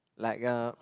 like a